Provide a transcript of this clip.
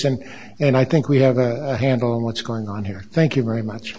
and and i think we have a handle on what's going on here thank you very much